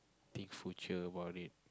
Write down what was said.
take future about it